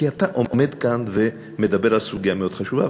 כי אתה עומד כאן ומדבר על סוגיה מאוד חשובה,